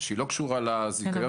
שהיא לא קשורה לזיכיון,